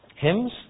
hymns